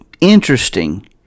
interesting –